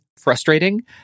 frustrating